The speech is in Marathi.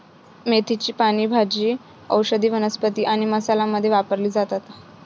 मेथीची पाने भाजी, औषधी वनस्पती आणि मसाला मध्ये वापरली जातात